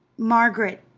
margaret!